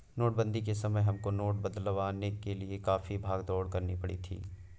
नोटबंदी के समय हमको नोट बदलवाने के लिए काफी भाग दौड़ करनी पड़ी थी